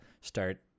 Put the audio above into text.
start